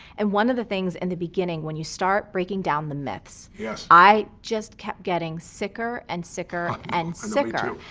and one of the things in the beginning when you start breaking down the myths. yes. i just kept getting sicker and sicker and sicker,